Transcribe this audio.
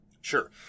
Sure